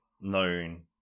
known